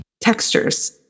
textures